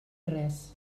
res